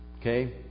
okay